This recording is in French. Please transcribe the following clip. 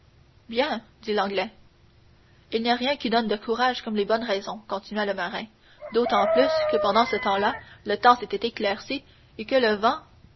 bien dit l'anglais il n'y a rien qui donne du courage comme les bonnes raisons continua le marin d'autant plus que pendant ce temps-là le temps s'était éclairci et que le vent